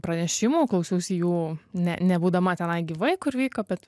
pranešimų klausiausi jų ne nebūdama tenai gyvai kur vyko bet